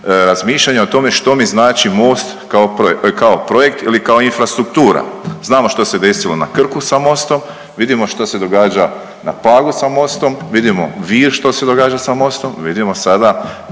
razmišljanja o tome što mi znači most kao projekt ili kao infrastruktura. Znamo što se desilo na Krku sa mostom, vidimo što se događa na Pagu sa mostom, vidimo Vir što se događa sa mostom, vidimo sada